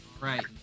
Right